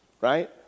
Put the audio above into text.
right